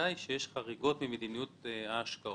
בוודאי שיש חריגות ממדיניות ההשקעות.